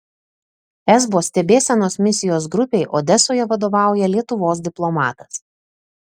esbo stebėsenos misijos grupei odesoje vadovauja lietuvos diplomatas